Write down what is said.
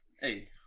Hey